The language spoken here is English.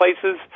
places